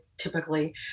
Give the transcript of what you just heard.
typically